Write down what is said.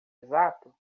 exato